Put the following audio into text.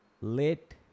Late